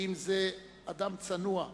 ועם זה אדם צנוע,